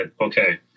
okay